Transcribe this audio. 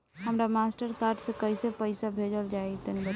हमरा Mastercard से कइसे पईसा भेजल जाई बताई?